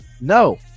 no